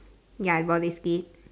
ya roller skates